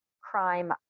crime